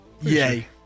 Yay